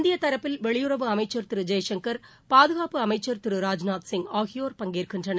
இந்திய தரப்பில்வெளியுறவு அமைச்சர் திரு ஜெய்சங்கர் பாதுகாப்பு அமைச்சர் திரு ராஜ்நாத் சிங் ஆகியோர் பங்கேற்கின்றனர்